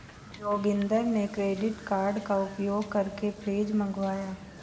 जोगिंदर ने credit card का उपयोग करके फ्रिज मंगवाया